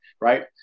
right